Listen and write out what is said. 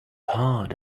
hard